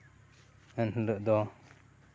ᱮᱱᱦᱤᱞᱳᱜ ᱫᱚ